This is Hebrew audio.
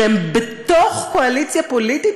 כשהם בתוך קואליציה פוליטית,